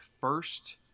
first